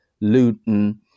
Luton